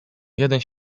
jeden